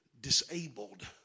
disabled